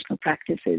practices